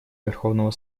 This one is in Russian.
верховного